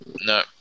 No